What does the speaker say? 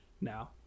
now